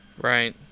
Right